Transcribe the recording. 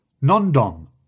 Non-Dom